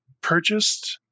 purchased